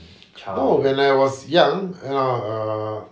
oh when I was young you know uh